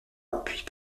puis